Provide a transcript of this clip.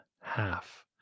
half